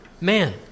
man